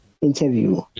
interview